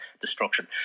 destruction